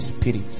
spirit